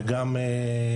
כמו שאמרנו.